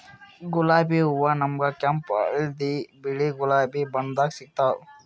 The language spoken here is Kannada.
ಗುಲಾಬಿ ಹೂವಾ ನಮ್ಗ್ ಕೆಂಪ್ ಹಳ್ದಿ ಬಿಳಿ ಗುಲಾಬಿ ಬಣ್ಣದಾಗ್ ಸಿಗ್ತಾವ್